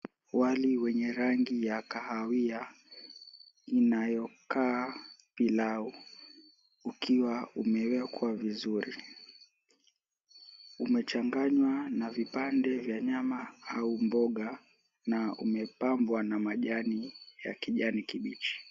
Wali wenye rangi ya kahawia inayokaa pilau ukiwa umewekwa vizuri, umechanganywa na vipande vya nyama au mboga na umepambwa na majani ya kijani kibichi.